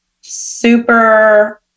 super